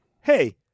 hey